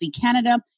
Canada